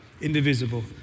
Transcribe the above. indivisible